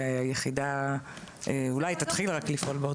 והיחידה אולי רק תתחיל לפעול בעוד